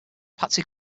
patsy